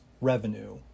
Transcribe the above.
revenue